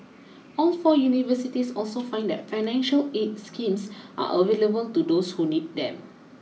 all four universities also said that financial aid schemes are available to those who need them